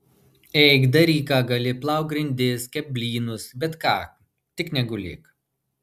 eik daryk ką gali plauk grindis kepk blynus bet ką tik negulėk